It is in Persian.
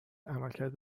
عملکرد